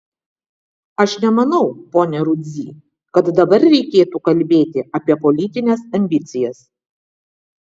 aš nemanau pone rudzy kad dabar reikėtų kalbėti apie politines ambicijas